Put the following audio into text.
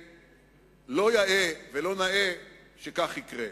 שלא יאה ולא נאה שכך יקרה.